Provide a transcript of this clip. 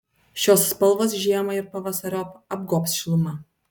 šios spalvos žiemą ir pavasariop apgobs šiluma